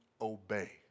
obey